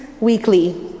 weekly